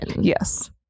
Yes